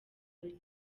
bake